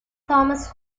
thomas